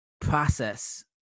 process